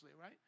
right